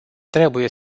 trebuie